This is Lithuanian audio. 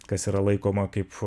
kas yra laikoma kaip